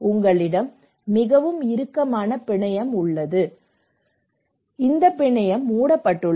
உங்களிடம் மிகவும் இறுக்கமான பிணையம் உள்ளது இந்த பிணையம் மூடப்பட்டுள்ளது